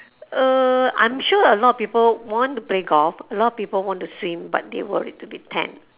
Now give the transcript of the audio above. uh I'm sure a lot of people want to play golf a lot of people want to swim but they worried to be tan